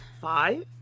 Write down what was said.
five